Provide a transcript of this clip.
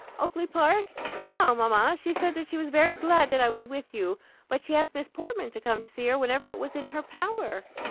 oakly-park no, mamma she said that she was very glad that i was with you but she asked miss portman to come to see her whenever it was in her power.